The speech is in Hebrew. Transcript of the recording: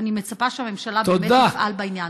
ואני מצפה שהממשלה באמת תפעל בעניין.